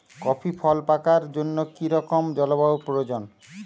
Coffee ফল পাকার জন্য কী রকম জলবায়ু প্রয়োজন?